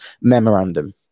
memorandum